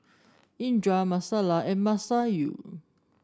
Indra Alyssa and Masayu